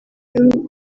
b’ibihugu